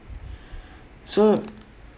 so